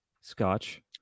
Scotch